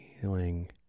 Feeling